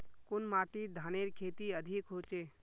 कुन माटित धानेर खेती अधिक होचे?